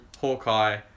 Hawkeye